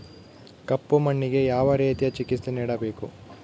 ಕಪ್ಪು ಮಣ್ಣಿಗೆ ಯಾವ ರೇತಿಯ ಚಿಕಿತ್ಸೆ ನೇಡಬೇಕು?